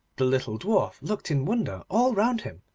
the little dwarf looked in wonder all round him,